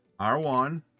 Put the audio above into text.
R1